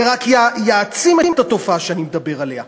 זה רק יעצים את התופעה שאני מדבר עליה.